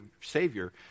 Savior